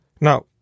Now